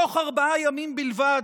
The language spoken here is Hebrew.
תוך ארבעה ימים בלבד